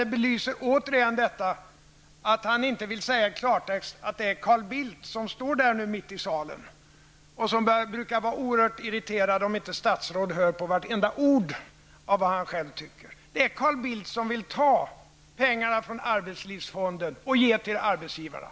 Det belyser återigen detta att han inte i klartext vill säga att det är Carl Bildt -- han står nu där mitt i salen och brukar ju bli oerhört irriterad, om inte statsråd hör på vartenda ord av vad han själv tycker -- som vill ta pengarna från arbetslivsfonden och ge till arbetsgivarna.